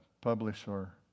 publisher